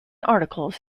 articles